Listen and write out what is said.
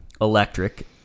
electric